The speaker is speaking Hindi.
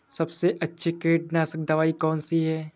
सबसे अच्छी कीटनाशक दवाई कौन सी है?